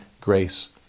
grace